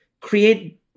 create